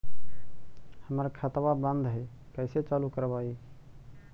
हमर खतवा बंद है कैसे चालु करवाई?